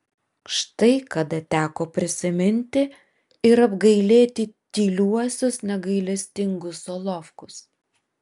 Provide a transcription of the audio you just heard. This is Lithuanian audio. štai kada teko prisiminti ir apgailėti tyliuosius negailestingus solovkus